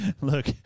Look